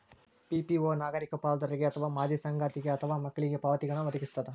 PPO ನಾಗರಿಕ ಪಾಲುದಾರರಿಗೆ ಅಥವಾ ಮಾಜಿ ಸಂಗಾತಿಗೆ ಅಥವಾ ಮಕ್ಳಿಗೆ ಪಾವತಿಗಳ್ನ್ ವದಗಿಸ್ತದ